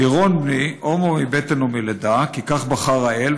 לירון בני הומו מבטן ומלידה כי כך בחר האל,